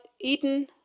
eaten